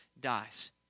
dies